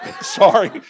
sorry